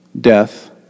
death